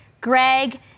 Greg